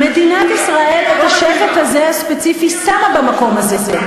מדינת ישראל, את השבט הספציפי הזה שמה במקום הזה.